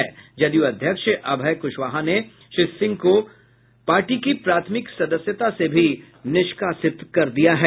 युवा जदयू अध्यक्ष अभय कुशवाहा ने श्री सिंह को पार्टी की प्राथमिक सदस्यता से भी निष्कासित कर दिया है